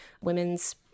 women's